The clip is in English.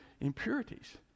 impurities